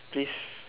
please